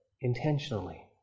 Intentionally